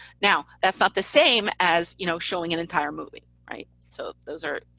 now that's not the same as you know showing an entire movie, right. so those are,